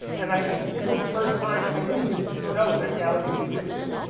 and i think this was the first time. i didn't even know that galleries existed.